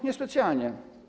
Niespecjalnie.